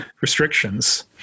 restrictions